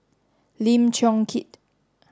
Lim Chong Keat